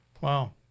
Wow